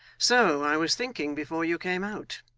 so i was thinking before you came out,